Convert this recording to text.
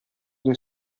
del